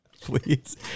Please